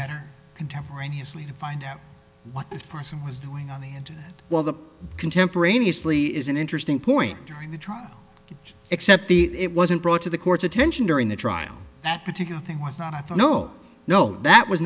better contemporaneously to find out what this person was doing on the internet while the contemporaneously is an interesting point during the trial except the it wasn't brought to the court's attention during the trial that particular thing was not i thought no no that was